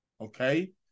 Okay